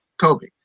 Kobe